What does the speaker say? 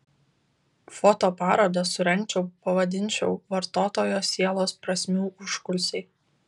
fotoparodą surengčiau pavadinčiau vartotojo sielos prasmių užkulisiai